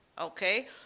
okay